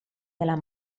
della